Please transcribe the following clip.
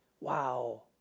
Wow